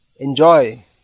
Enjoy